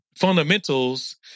fundamentals